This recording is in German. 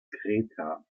kreta